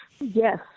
Yes